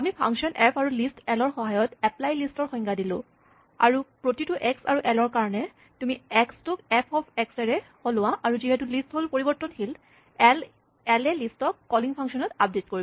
আমি function F আৰু list L ৰ সহায়ত এপ্লাই লিষ্ট ৰ সংজ্ঞা দিলো আৰু প্ৰতিটো এক্স আৰু এল ৰ কাৰণে তুমি এক্স টোক এফ অফ এক্স এৰে সলোৱা আৰু যিহেতু লিষ্ট হ'ল পৰিবৰ্তনশীল এল এ লিষ্ট ক কলিং ফাংচন ত আপডেট কৰিব